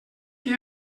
que